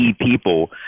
people